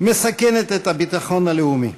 מסכנת את הביטחון הלאומי.